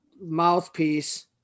mouthpiece